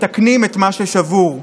מתקנים את מה ששבור.